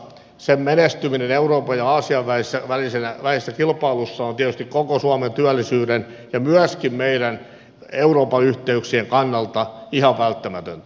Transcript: sen menestyminen euroopan ja aasian välisessä kilpailussa on tietysti koko suomen työllisyyden ja myöskin meidän euroopan yhteyksien kannalta ihan välttämätöntä